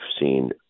seen